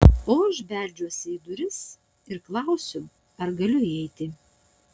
o aš belsiuosi į duris ir klausiu ar galiu įeiti